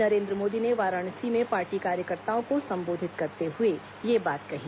नरेन्द्र मोदी ने वाराणसी में पार्टी कार्यकर्ताओं को संबोधित करते हुए यह बात कही